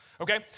okay